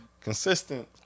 consistent